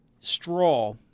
straw